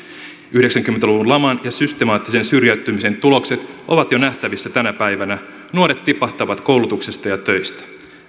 yhdeksänkymmentä luvun laman ja systemaattisen syrjäytymisen tulokset ovat jo nähtävissä tänä päivänä nuoret tipahtavat koulutuksesta ja töistä